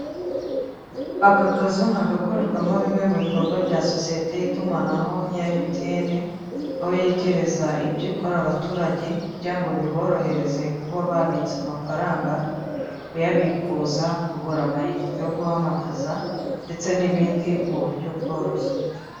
Aka kazu ni gakorerwamo bimwe mu bikorwa bya sosiyete y'itumanaho ya MTN, aho yegereza ibyo ikora abaturage kugira ngo biborohereze kuba babitse amafaranga, kuyabikuza, kugura amayinite yo guhamagaza, ndetse n'ibindi mu buryo bworoshye.